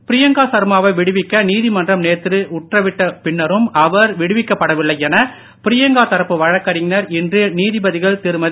பிரியங்கா சர்மாவை விடுவிக்க நீதிமன்றம் நேற்று உத்தரவிட்ட பின்னரும் அவர் விடுவிக்கப் படவில்லை என பிரியங்கா தரப்பு வழக்கறிஞர் இன்று நீதிபதிகள் திருமதி